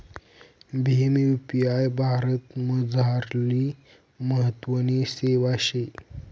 Bhim UPI भारतमझारली महत्वनी सेवा शे